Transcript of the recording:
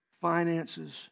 finances